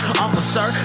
officer